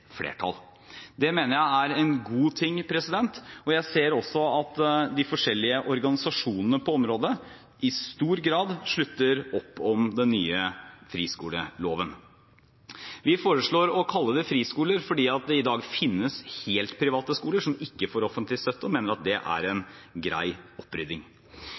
flertall. Det mener jeg er en god ting, og jeg ser også at de forskjellige organisasjonene på området i stor grad slutter opp om den nye friskoleloven. Vi foreslår å kalle det friskoler fordi det i dag finnes helt private skoler som ikke får offentlig støtte, og mener at det er en grei opprydding.